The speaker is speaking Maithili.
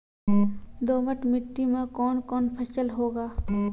दोमट मिट्टी मे कौन कौन फसल होगा?